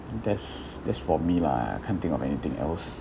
that's that's for me lah I can't think of anything else